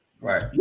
Right